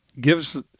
gives